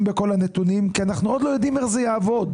בכל הנתונים כי אנחנו עוד לא יודעים איך זה יעבוד.